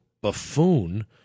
buffoon